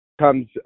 comes